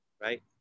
right